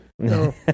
No